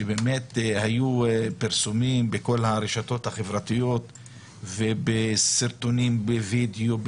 שבאמת היו פרסומים בכל הרשתות החברתיות ובסרטונים בווידאו,